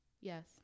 Yes